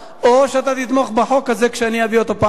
או כי תתמוך בחוק הזה כשאביא אותו בפעם הבאה?